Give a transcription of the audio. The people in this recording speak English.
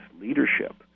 leadership